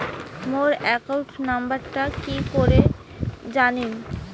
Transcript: মোর account নাম্বারটা কি করি জানিম?